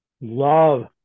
Love